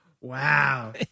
Wow